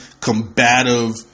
combative